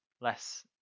less